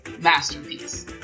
masterpiece